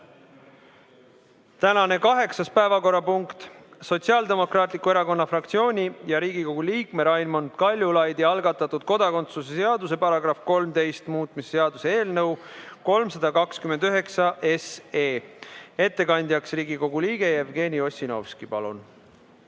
Tänane kaheksas päevakorrapunkt: Sotsiaaldemokraatliku Erakonna fraktsiooni ja Riigikogu liikme Raimond Kaljulaidi algatatud kodakondsuse seaduse § 13 muutmise seaduse eelnõu 329. Ettekandja on Riigikogu liige Jevgeni Ossinovski. Palun!